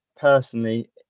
personally